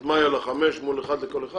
אז מה יהיה לה חמש מול אחד לכל אחד,